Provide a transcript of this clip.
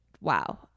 wow